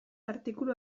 artikulu